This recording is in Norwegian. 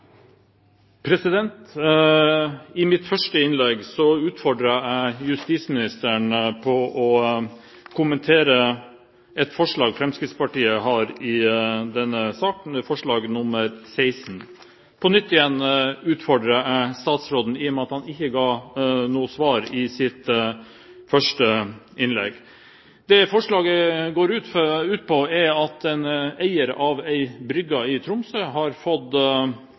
I mitt første innlegg utfordret jeg justisministeren på å kommentere et forslag Fremskrittspartiet har i denne saken, nemlig forslag nr. 16. På nytt igjen utfordrer jeg statsråden, i og med at han ikke ga noe svar i sitt første innlegg. Det forslaget går ut på, er at en eier av en brygge i Tromsø har fått